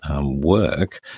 work